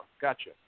Gotcha